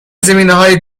زمینههای